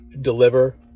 deliver